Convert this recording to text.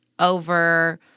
over